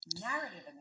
narrative